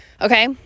Okay